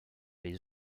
les